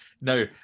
no